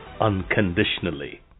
unconditionally